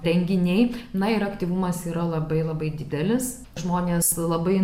renginiai na ir aktyvumas yra labai labai didelis žmonės labai noriai eina